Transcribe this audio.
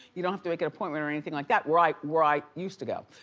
you don't have to make an appointment or anything like that where i where i used to go,